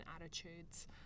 attitudes